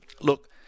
look